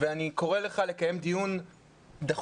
אני קורא לך לקיים דיון דחוף,